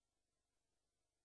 אבל מה כן קרה?